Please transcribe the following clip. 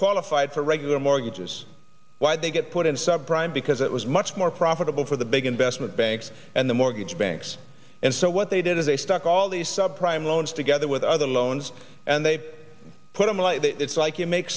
qualified for regular mortgages why they get put in sub prime because it was much more profitable for the big investment banks in the mortgage banks and so what they did is they stuck all these sub prime loans together with other loans and they put them like that it's like you make